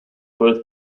both